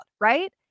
right